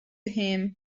him